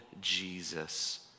Jesus